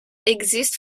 exist